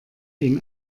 ihn